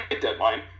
deadline